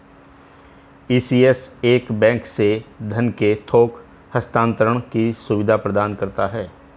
ECS एक bank से धन के थोक हस्तांतरण की सुविधा प्रदान करता है